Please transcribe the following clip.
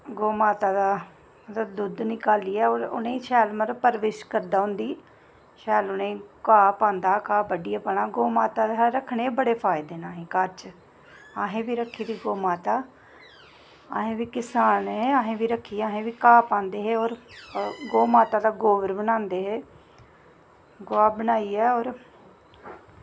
गौऽ माता दा दुद्ध निकालियै होर उ'नें ई शैल मतलब परवरिश करदा उं'दी शैल उ'नें ई घाऽ पांदा घाऽ बड्डियै पाना गौऽ माता रखने दे बड़े फायदे न असें ई घर च असें बी रखी दी ऐ गौऽ माता अस बी किसान ऐ असें बी रखी दी अस बी घाऽ पांदे हे होर गौऽ माता दा गोबर बनांदे हे गोहा बनाइयै होर